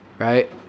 right